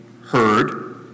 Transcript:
heard